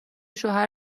شوهر